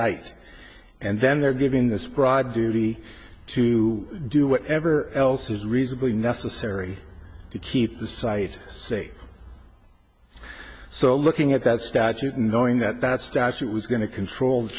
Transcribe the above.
site and then they're given this broad duty to do whatever else is reasonably necessary to keep the site safe so looking at that statute and knowing that that statute was going to control the